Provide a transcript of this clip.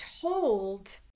told